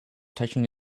touching